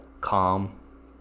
calm